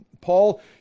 Paul